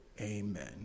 Amen